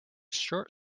short